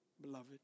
beloved